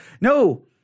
No